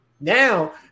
Now